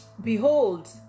Behold